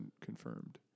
confirmed